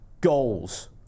goals